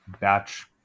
batch